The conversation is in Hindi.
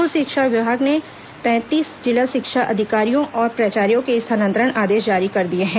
स्कूल शिक्षा विभाग ने आज तैंतालीस जिला शिक्षा अधिकारियों और प्राचार्यो के स्थानांतरण आदेश जारी कर दिए हैं